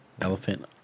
Elephant